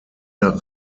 nach